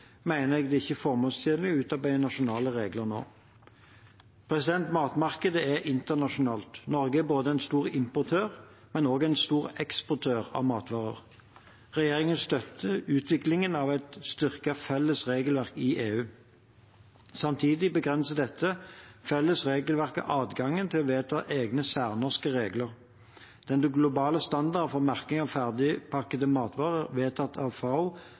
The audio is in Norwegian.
jeg det ikke er formålstjenlig å utarbeide nasjonale regler nå. Matmarkedet er internasjonalt. Norge er både en stor importør og en stor eksportør av matvarer. Regjeringen støtter utviklingen av et styrket felles regelverk i EU. Samtidig begrenser dette felles regelverket adgangen til å vedta egne særnorske regler. Den globale standarden for merking av ferdigpakkede matvarer vedtatt av FAO